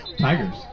Tigers